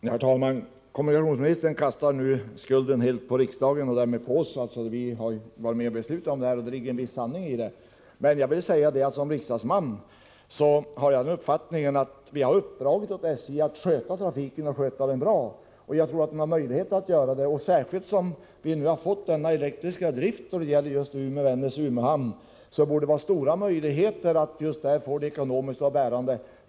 Herr talman! Kommunikationsministern kastar nu hela skulden på riksdagen och därmed på oss riksdagsmän, eftersom vi har varit med om att fatta besluten. Det ligger en viss sanning däri. Men som riksdagsman har jag uppfattningen att riksdagen har uppdragit åt SJ att sköta trafiken och att göra det på ett bra sätt. Jag tror också att SJ har möjlighet att göra detta. I synnerhet som banan Vännäs-Umeå-Umeå uthamn har elektrifierats borde det finnas stora möjligheter att göra den ekonomiskt bärande.